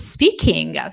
Speaking